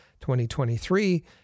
2023